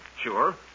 Sure